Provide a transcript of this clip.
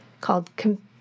called